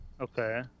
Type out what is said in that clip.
Okay